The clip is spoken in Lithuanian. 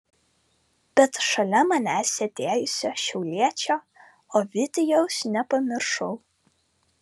bet šalia manęs sėdėjusio šiauliečio ovidijaus nepamiršau